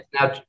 now